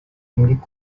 эмгек